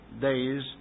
days